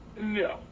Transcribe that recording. No